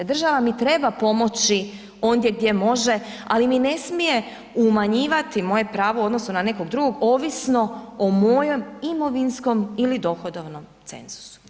Država mi treba pomoći ondje gdje može, ali mi ne smije umanjivati moje pravo u odnosu na nekog drugog ovisno o mojem imovinskom ili dohodovnom cenzusu.